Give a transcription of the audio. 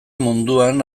munduan